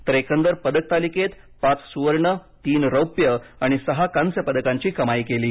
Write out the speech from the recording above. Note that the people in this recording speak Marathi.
तर एकंदर पदक तालिकेत पाच सुवर्ण तीन रौप्य आणि सहा कांस्यपदकांची कमाई केली आहे